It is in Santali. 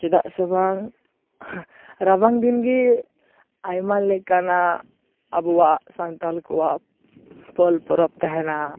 ᱪᱮᱫᱟᱜ ᱥᱮ ᱵᱟᱝ ᱨᱟᱵᱟᱝ ᱫᱤᱱ ᱜᱮ ᱟᱭᱢᱟ ᱞᱮᱠᱟᱱᱟᱜ ᱟᱵᱚᱭᱟᱜ ᱥᱟᱱᱛᱟᱲ ᱠᱚᱣᱟᱜ ᱯᱚᱞ ᱯᱚᱨᱚᱵᱽ ᱛᱟᱦᱮᱱᱟ